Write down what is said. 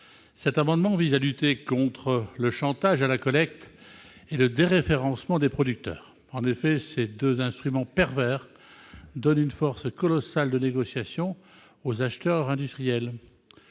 Cet amendement vise à lutter contre le chantage à la collecte et le déréférencement des producteurs. En effet, ces deux instruments pervers donnent une force colossale de négociation aux acheteurs industriels.